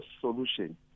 solution